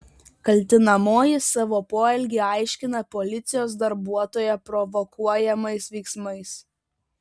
kaltinamoji savo poelgį aiškina policijos darbuotojo provokuojamais veiksmais